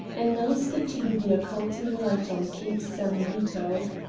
announced it to be the occulting light on cape san vito.